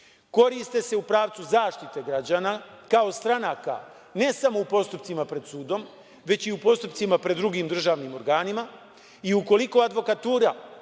koriste se u pravcu zaštite građana kao stranaka, ne samo u postupcima pred sudom već i u postupcima pred drugim državnim organima. I ukoliko advokatura